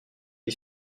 les